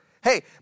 hey